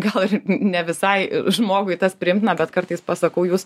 gal ir ne visai žmogui tas priimtina bet kartais pasakau jūs